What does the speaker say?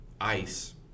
Ice